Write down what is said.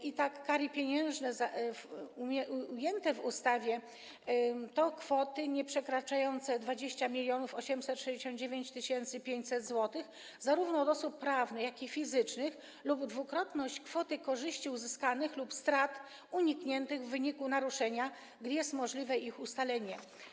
I tak, kary pieniężne ujęte w ustawie to kwoty nieprzekraczające 20 869 500 zł - od zarówno osób prawnych, jak i fizycznych - lub dwukrotność kwoty korzyści uzyskanych lub strat unikniętych w wyniku naruszenia, gdy jest możliwe ich ustalenie.